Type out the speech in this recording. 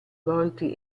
volte